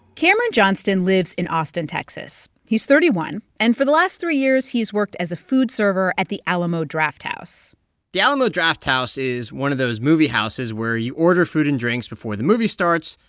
cameron johnston lives in austin, texas. he's thirty one. and for the last three years, he's worked as a food server at the alamo drafthouse the alamo drafthouse is one of those movie houses where you order food and drinks before the movie starts,